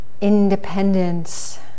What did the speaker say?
independence